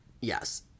Yes